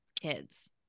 kids